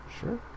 Sure